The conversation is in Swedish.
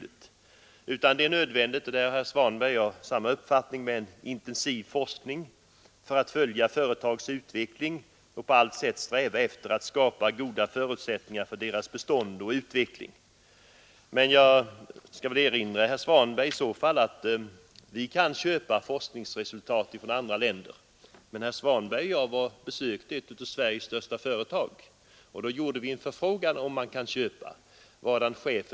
I stället är det nödvändigt med en intensiv forskning för att följa företagens utveckling och på allt sätt sträva efter att skapa goda förutsättningar för deras bestånd och utveckling. Jag vill i sammanhanget erinra herr Svanberg om att vi kan köpa forskningsresultat från andra länder, men när herr Svanberg och jag besökte ett av Sveriges största företag frågade vi om man kunde köpa forskningsresultat från andra länder.